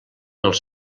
els